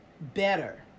better